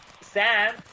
Sam